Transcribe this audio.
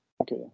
okay